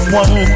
one